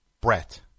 Brett